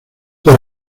por